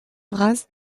vras